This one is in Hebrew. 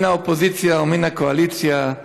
מן האופוזיציה ומן הקואליציה,